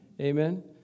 Amen